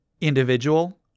individual